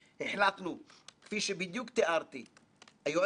וביקשו לקבל את החומר לפני כן,